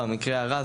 במקרה הרע,